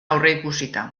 aurreikusita